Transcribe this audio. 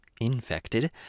infected